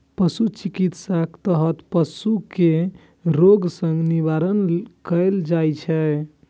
पशु चिकित्साक तहत पशु कें रोग सं निवारण कैल जाइ छै